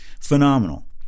phenomenal